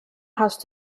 hast